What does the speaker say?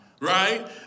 Right